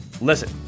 Listen